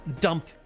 dump